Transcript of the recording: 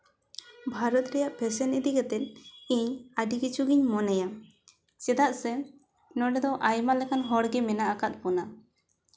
ᱵᱷᱟᱨᱚᱛ ᱨᱮᱭᱟᱜ ᱯᱷᱮᱥᱮᱱ ᱤᱫᱤ ᱠᱟᱛᱮᱫ ᱤᱧ ᱟᱹᱰᱤ ᱠᱤᱪᱷᱩ ᱜᱤᱧ ᱢᱚᱱᱮᱭᱟ ᱪᱮᱫᱟᱜ ᱥᱮ ᱱᱚᱰᱮ ᱫᱚ ᱟᱭᱢᱟ ᱞᱮᱠᱟᱱ ᱦᱚᱲᱜᱮ ᱢᱮᱱᱟᱜ ᱟᱠᱟᱫ ᱵᱚᱱᱟ